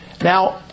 Now